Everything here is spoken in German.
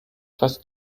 fast